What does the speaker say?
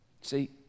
See